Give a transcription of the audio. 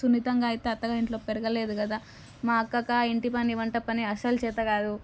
సున్నితంగా అయితే అత్తగారింట్లో పెరగలేదు కదా మా అక్కకా ఇంటి పని వంట పని అస్సలు చేతకాదు